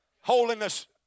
Holiness